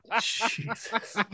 jesus